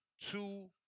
two